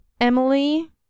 emily